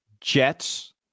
Jets